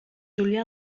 julià